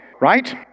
right